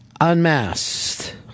Unmasked